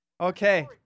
Okay